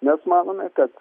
mes manome kad